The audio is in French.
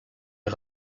est